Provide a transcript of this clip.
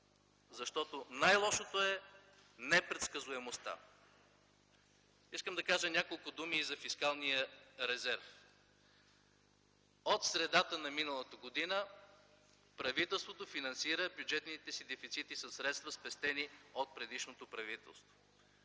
защото най-лошото е непредсказуемостта. Искам да кажа и няколко думи за фискалния резерв. От средата на миналата година правителството финансира бюджетните си дефицити със средства спестени от предишното правителство.